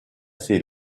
ses